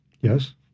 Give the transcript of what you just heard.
Yes